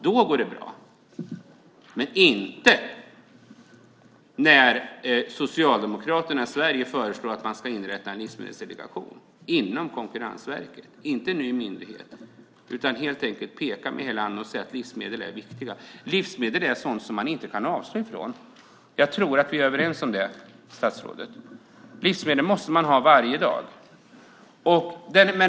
Då går det bra, men inte när Socialdemokraterna i Sverige föreslår att man ska inrätta en livsmedelsdelegation under Konkurrensverket - inte att man inrättar en ny myndighet utan att man helt enkelt pekar med hela handen och säger att livsmedel är viktiga. Livsmedel är sådant som man inte kan avstå ifrån. Jag tror att vi är överens om det, statsrådet. Livsmedel måste man ha varje dag.